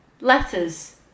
Letters